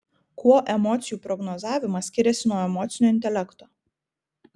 kuo emocijų prognozavimas skiriasi nuo emocinio intelekto